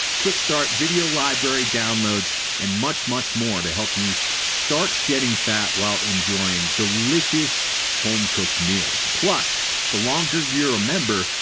quick start video library, downloads and much much more to help you start shedding fat while enjoying delicious home-cooked meals. plus the longer you're a member,